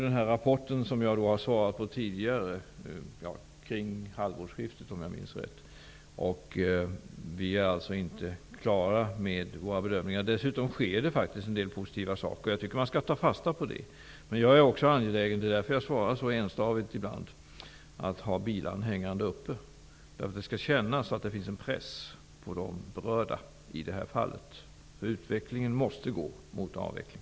Den här rapporten, som jag har svarat på frågor om tidigare, kommer kring halvårsskiftet, om jag minns rätt. Vi är alltså inte klara med våra bedömningar. Dessutom sker det faktiskt en del positiva saker. Jag tycker att man skall ta fasta på det. Jag är också angelägen -- det är därför jag svarar så enstavigt ibland -- att ha bilan hängande uppe. Det skall kännas att det finns en press på de berörda i det här fallet. Utvecklingen måste gå mot avveckling.